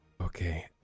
Okay